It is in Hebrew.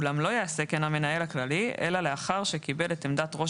אולם לא יעשה כן המנהל הכללי אלא לאחר שקיבל את עמדת ראש